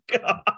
God